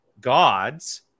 gods